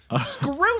Screw